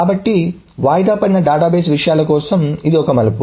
కాబట్టి వాయిదాపడిన డేటాబేస్ విషయాల కోసం ఇది మలుపు